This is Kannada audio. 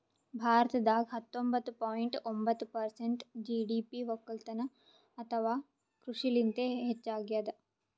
ಭಾರತದಾಗ್ ಹತ್ತೊಂಬತ್ತ ಪಾಯಿಂಟ್ ಒಂಬತ್ತ್ ಪರ್ಸೆಂಟ್ ಜಿ.ಡಿ.ಪಿ ವಕ್ಕಲತನ್ ಅಥವಾ ಕೃಷಿಲಿಂತೆ ಹೆಚ್ಚಾಗ್ಯಾದ